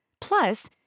Plus